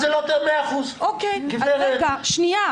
בסדר גמור.